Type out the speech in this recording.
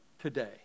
today